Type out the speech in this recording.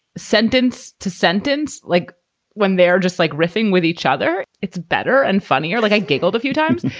sentence to sentence, like when they're just, like, riffing with each other. it's better and funnier. like, i giggled a few times.